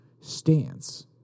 stance